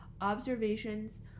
observations